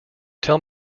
tell